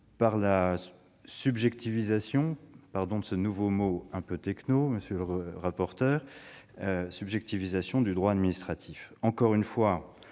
par la « subjectivisation »- pardon de ce nouveau mot un peu techno, monsieur le rapporteur -du droit administratif. Encore une fois,